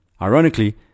Ironically